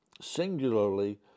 singularly